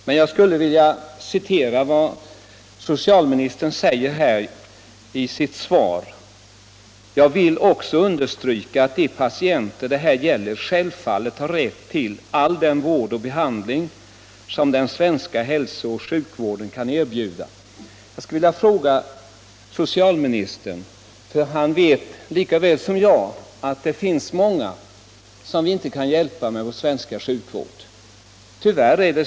I sitt svar säger socialministern: ”Jag vill också understryka att de patienter det här gäller självfallet har rätt till all den vård och behandling som den svenska hälsooch sjukvården kan erbjuda.” Socialministern vet lika väl som jag att det tyvärr finns många som vi inte kan hjälpa med vår svenska sjukvård.